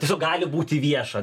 tiesiog gali būti vieša